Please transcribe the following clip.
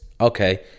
Okay